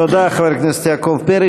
תודה, חבר הכנסת יעקב פרי.